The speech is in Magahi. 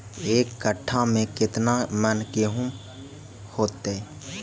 एक कट्ठा में केतना मन गेहूं होतै?